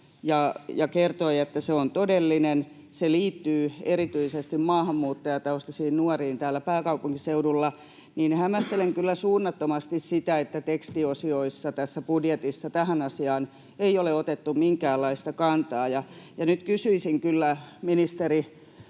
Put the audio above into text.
ja kertoi, että se on todellinen, se liittyy erityisesti maahanmuuttajataustaisiin nuoriin täällä pääkaupunkiseudulla. Hämmästelen kyllä suunnattomasti sitä, että tekstiosioissa tässä budjetissa tähän asiaan ei ole otettu minkäänlaista kantaa, ja nyt kysyisin kyllä ministeri